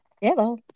Hello